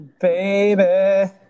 Baby